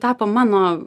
tapo mano